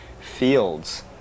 fields